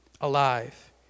alive